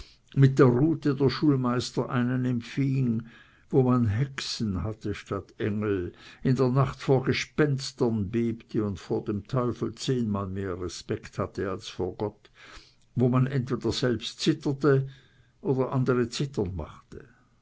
mit der rute der schulmeister einen empfing wo man hexen hatte statt engel in der nacht vor gespenstern bebte und vor dem teufel zehnmal mehr respekt hatte als vor gott wo man entweder selbst zitterte oder andere zittern machte